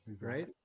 right